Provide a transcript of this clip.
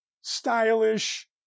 stylish